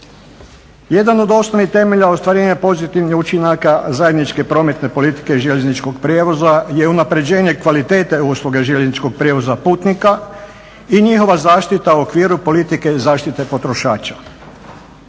Jedan od osnovnih temelja ostvarenja pozitivnih učinaka zajedničke prometne politike željezničkog prijevoza je unaprjeđenje kvalitete usluga željezničkog prijevoza putnika i njihova zaštita u okviru politike i zaštite potrošača.